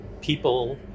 people